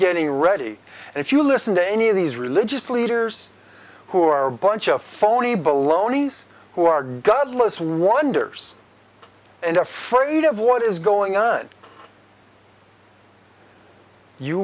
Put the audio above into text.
getting ready and if you listen to any of these religious leaders who are a bunch of phony baloney who are godless wonders and afraid of what is going on you